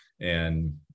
And-